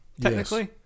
technically